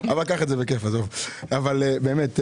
אבל באמת,